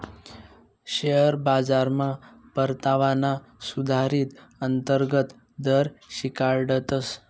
share बाजारमा परतावाना सुधारीत अंतर्गत दर शिकाडतस